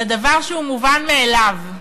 על דבר שהוא מובן מאליו.